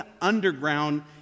underground